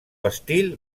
estil